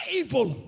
evil